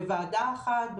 בוועדה אחת,